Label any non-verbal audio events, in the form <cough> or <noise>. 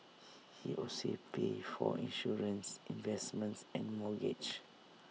<noise> he also pays for insurance investments and mortgage